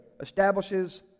establishes